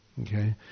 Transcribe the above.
okay